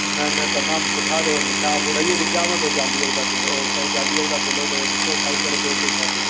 न न तमामु सुठा अथव मिठा अंगूर इहे विझांव थो चालीह रुपिया किलो ओ सौ चालीह रुपिया किलो अथव ॾिसो खाई करे पोइ पैसा ॾियो